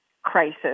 crisis